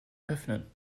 öffnen